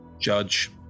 Judge